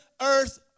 earth